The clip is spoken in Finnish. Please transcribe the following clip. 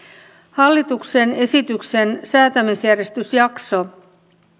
hallituksen esityksen säätämisjärjestysjakso